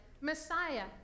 Messiah